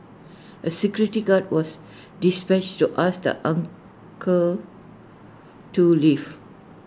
A security guard was dispatched to ask the uncle to leave